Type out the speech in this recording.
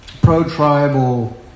pro-tribal